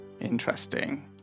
Interesting